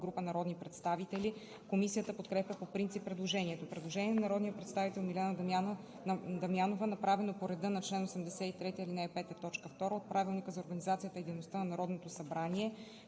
група народни представители. Комисията подкрепя по принцип предложението. Предложение на народния представител Галя Захариева, направено по реда на чл. 83, ал. 5, т. 2 от Правилника за организацията и дейността на Народното събрание.